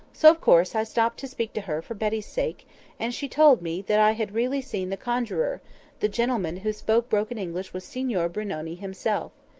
so, of course, i stopped to speak to her for betty's sake and she told me that i had really seen the conjuror the gentleman who spoke broken english was signor brunoni himself.